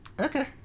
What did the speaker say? Okay